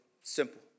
Simple